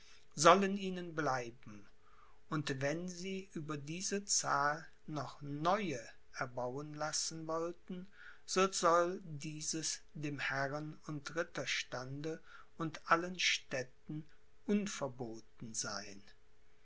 sollen ihnen bleiben und wenn sie über diese zahl noch neue erbauen lassen wollten so soll dieses dem herren und ritterstande und allen städten unverboten sein